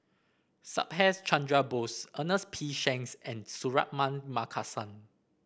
Subhas Chandra Bose Ernest P Shanks and Suratman Markasan